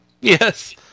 Yes